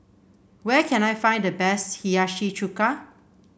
where can I find the best Hiyashi Chuka